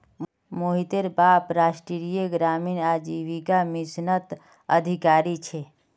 मोहितेर बाप राष्ट्रीय ग्रामीण आजीविका मिशनत अधिकारी छे